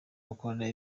gukora